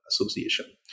Association